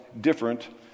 different